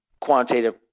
quantitative